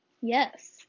yes